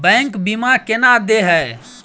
Bank बीमा केना देय है?